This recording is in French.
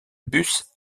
bus